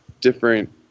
different